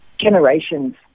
generations